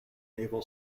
naval